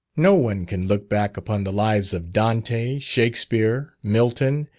no one can look back upon the lives of dante, shakspere, milton,